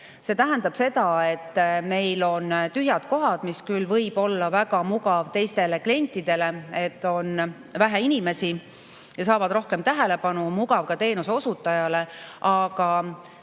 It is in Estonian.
See tähendab seda, et meil on tühjad kohad. See võib olla küll mugav teistele klientidele, et on vähe inimesi ja nad saavad rohkem tähelepanu, ning mugav ka teenuse osutajale, aga